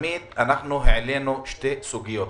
תמיד אנחנו העלינו שתי סוגיות.